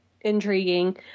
intriguing